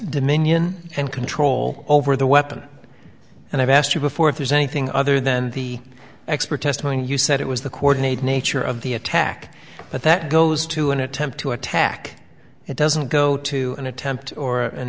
dominion and control over the weapon and i've asked you before if there's anything other than the expert testimony you said it was the coordinated nature of the attack but that goes to an attempt to attack it doesn't go to an attempt or an